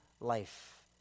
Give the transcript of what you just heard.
life